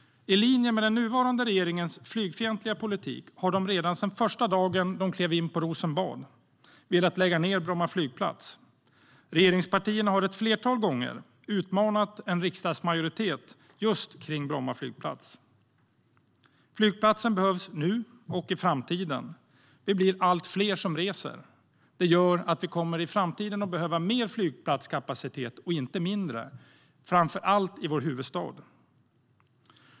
I linje med den nuvarande regeringens flygfientliga politik har de redan sedan den första dagen de klev in på Rosenbad velat lägga ned Bromma flygplats. Regeringspartierna har ett flertal gånger utmanat en riksdagsmajoritet just kring Bromma flygplats. Flygplatsen behövs nu och i framtiden. Vi blir allt fler som reser, och det gör att vi i framtiden kommer att behöva mer flygplatskapacitet och inte mindre, framför allt i vår huvudstad.